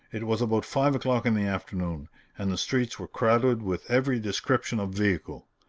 it was about five o'clock in the afternoon and the streets were crowded with every description of vehicle.